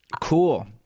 cool